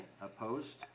Opposed